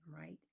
right